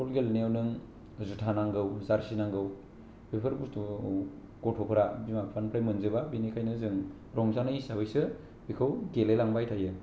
football गेलेनायाव नों जुथा नांगौ जार्सि नांगौ बेफोर बुसथुफोरखौ गथ'फोरा बिमा बिफानिफ्राय मोनजोबा बेनिखायनो जों रंजानाय हिसाबैसो बेखौ गेलेलांबाय थायो